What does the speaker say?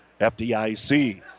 FDIC